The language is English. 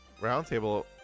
roundtable